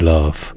Love